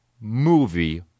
movie